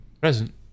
present